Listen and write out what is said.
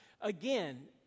Again